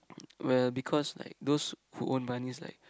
well because like those who own bunnies like